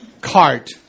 cart